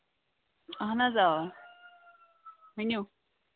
اَہن حظ اَوا ؤنِو